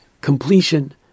completion